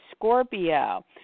Scorpio